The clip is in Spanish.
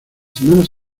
semanas